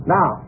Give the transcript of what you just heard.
Now